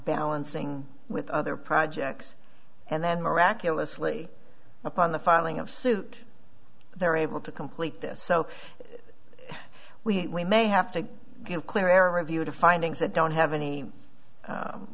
balancing with other projects and then miraculously upon the filing of suit they're able to complete this so we may have to give clear air review to findings that don't have any